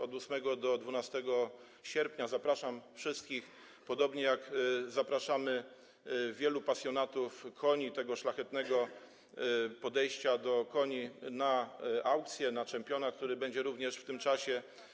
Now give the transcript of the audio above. Od 8 do 12 sierpnia zapraszam wszystkich, podobnie jak zapraszamy wielu pasjonatów koni, tego szlachetnego podejścia do koni, na aukcje, na championata, który również będzie w tym czasie.